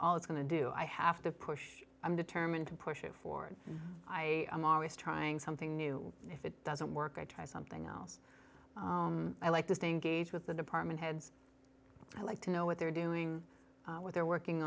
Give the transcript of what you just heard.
all it's going to do i have to push i'm determined to push it forward i am always trying something new and if it doesn't work i try something else i like this thing gauge with the department heads i like to know what they're doing what they're working